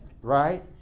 Right